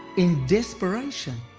in desperation,